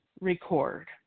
record